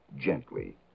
gently